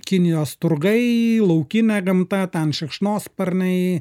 kinijos turgai laukinė gamta ten šikšnosparniai